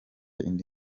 indi